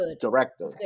director